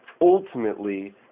ultimately